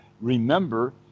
remember